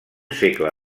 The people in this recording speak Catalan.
segle